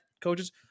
coaches